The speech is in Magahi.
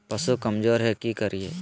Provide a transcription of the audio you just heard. पशु कमज़ोर है कि करिये?